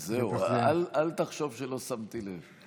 זהו, אל תחשוב שלא שמתי לב.